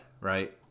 right